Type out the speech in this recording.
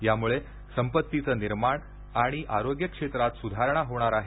यामुळे संपत्तीचं निर्माण आणि आरोग्य क्षेत्रात सुधारणा होणार आहे